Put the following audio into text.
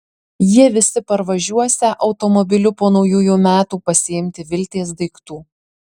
jie visi parvažiuosią automobiliu po naujųjų metų pasiimti viltės daiktų